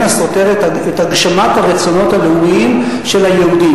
סותרת את הגשמת הרצונות הלאומיים של היהודים,